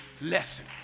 lesson